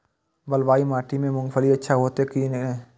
बलवाही माटी में मूंगफली अच्छा होते की ने?